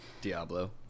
Diablo